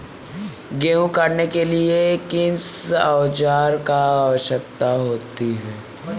गेहूँ काटने के लिए किस औजार की आवश्यकता होती है?